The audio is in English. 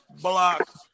block